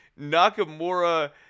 Nakamura